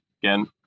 Again